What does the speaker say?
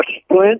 splint